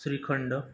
shrikhand